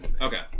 Okay